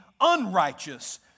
unrighteous